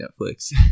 Netflix